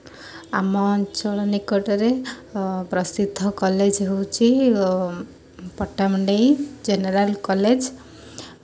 ଆମ ଅଞ୍ଚଳ ନିକଟରେ ପ୍ରସିଦ୍ଧ କଲେଜ ହେଉଛି ପଟ୍ଟାମୁଣ୍ଡେଇ ଜେନେରାଲ୍ କଲେଜ